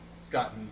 Scott